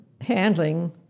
handling